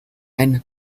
and